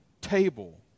table